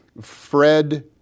Fred